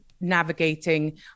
navigating